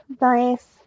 Nice